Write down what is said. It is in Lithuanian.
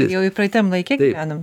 jau ir praeitam laike gyvenam